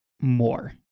more